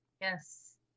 Yes